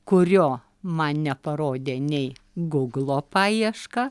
kurio man neparodė nei guglo paieška